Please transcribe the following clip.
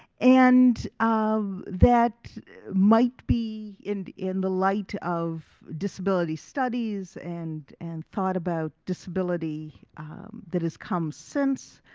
and um that might be in, in the light of disability studies and, and thought about disability that has come since.